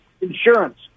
insurance